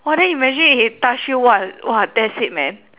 !wah! then imagine it touch you !wah! !wah! that's it [man]